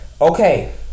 okay